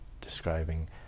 describing